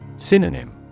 Synonym